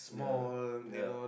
yeah yeah